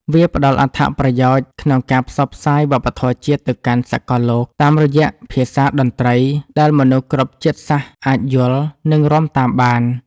វាផ្ដល់អត្ថប្រយោជន៍ក្នុងការផ្សព្វផ្សាយវប្បធម៌ជាតិទៅកាន់សកលលោក តាមរយៈភាសាតន្ត្រីដែលមនុស្សគ្រប់ជាតិសាសន៍អាចយល់ និងរាំតាមបាន។